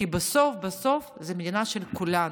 כי בסוף בסוף זאת מדינה של כולנו.